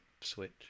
Switch